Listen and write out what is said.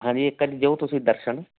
ਹਾਂਜੀ ਇੱਕ ਵਾਰੀ ਦਿਓ ਤੁਸੀਂ ਦਰਸ਼ਨ